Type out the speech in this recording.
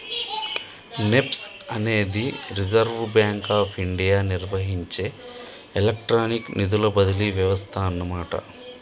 NEFT అనేది reserve bank of India నిర్వహించే electronic నిధుల బదిలీ వ్యవస్థ అన్నమాట